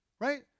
right